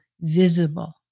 visible